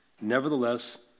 Nevertheless